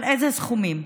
על איזה סכומים.